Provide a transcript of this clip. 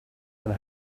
and